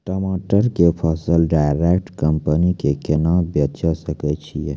टमाटर के फसल डायरेक्ट कंपनी के केना बेचे सकय छियै?